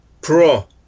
Pro